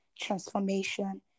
transformation